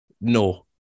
no